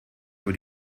aber